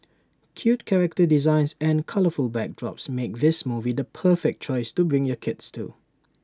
cute character designs and colourful backdrops make this movie the perfect choice to bring your kids to